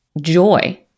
joy